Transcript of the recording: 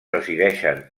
resideixen